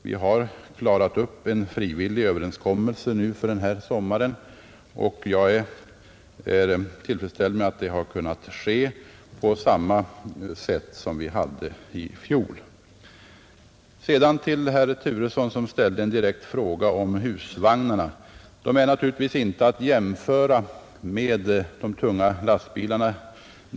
Vi har nu träffat en frivillig överenskommelse för i sommar, och jag är tillfredsställd med att det har kunnat ske på samma sätt som i fjol. Sedan ställde herr Turesson en direkt fråga om husvagnarna, som naturligtvis inte är att jämföra med de tunga lastbilarna.